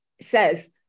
says